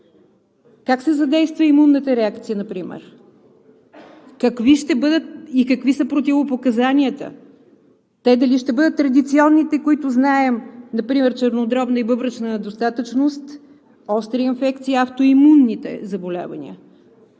Как се задейства имунната реакция например и какви са противопоказанията? Те дали ще бъдат традиционните, които знаем – например чернодробна и бъбречна недостатъчност, остра инфекция, автоимунните заболявания?